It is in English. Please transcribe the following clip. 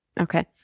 Okay